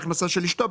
בהכנסה של אשתו,